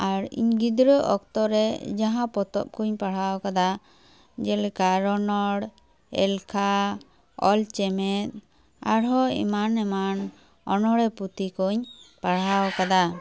ᱟᱨ ᱤᱧ ᱜᱤᱫᱽᱨᱟᱹ ᱚᱠᱛᱚ ᱨᱮ ᱡᱟᱦᱟᱸ ᱯᱚᱛᱚᱵ ᱠᱚᱧ ᱯᱟᱲᱦᱟᱣ ᱠᱟᱫᱟ ᱡᱮᱞᱮᱠᱟ ᱨᱚᱱᱚᱲ ᱮᱞᱠᱷᱟ ᱚᱞᱪᱮᱢᱮᱫ ᱟᱨ ᱦᱚᱸ ᱮᱢᱟᱱ ᱮᱢᱟᱱ ᱚᱱᱚᱬᱦᱮ ᱯᱩᱛᱷᱤ ᱠᱚᱧ ᱯᱟᱲᱦᱟᱣ ᱟᱠᱟᱫᱟ